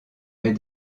met